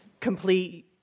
complete